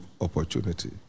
opportunity